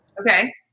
Okay